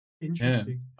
Interesting